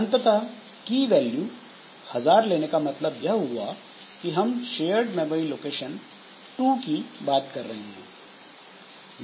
अंततः की वैल्यू 1000 लेने का मतलब यह हुआ कि हम शेयर्ड मेमोरी लोकेशन टू की बात कर रहे हैं